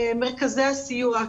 מרכזי הסיוע,